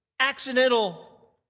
Accidental